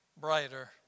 brighter